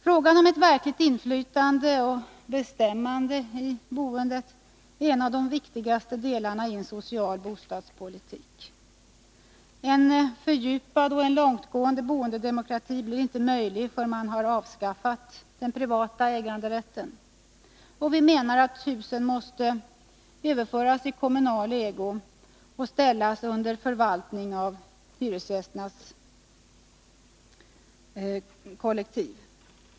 Frågan om ett verkligt inflytande och bestämmanderätt i boendet är en av de viktigaste delarna i en social bostadspolitik. En fördjupad och långtgående boendedemokrati blir troligen inte möjlig, förrän den privata äganderätten till hyreshus upphävs. Husen måste överföras i kommunal ägo och ställas under förvaltning av hyresgästerna kollektivt.